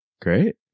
Great